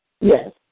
Yes